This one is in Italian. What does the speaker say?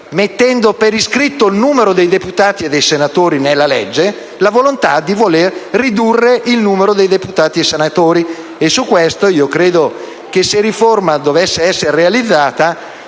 mettendo per iscritto il numero dei deputati e dei senatori nella legge, la volontà di ridurre il numero di deputati e senatori. Su questo credo che se la riforma dovesse essere realizzata